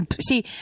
See